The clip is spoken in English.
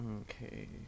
Okay